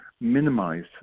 minimize